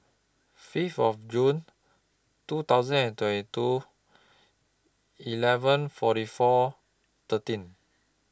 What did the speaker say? Fifth of June two thousand and twenty two eleven forty four thirteen